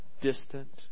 distant